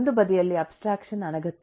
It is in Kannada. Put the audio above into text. ಒಂದು ಬದಿಯಲ್ಲಿ ಅಬ್ಸ್ಟ್ರಾಕ್ಷನ್ ಅನಗತ್ಯ